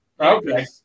Okay